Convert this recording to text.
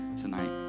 tonight